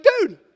dude